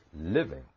living